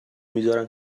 میزارن